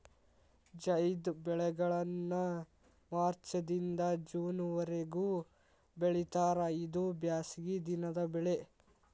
ಝೈದ್ ಬೆಳೆಗಳನ್ನಾ ಮಾರ್ಚ್ ದಿಂದ ಜೂನ್ ವರಿಗೂ ಬೆಳಿತಾರ ಇದು ಬ್ಯಾಸಗಿ ದಿನದ ಬೆಳೆ